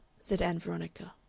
said ann veronica.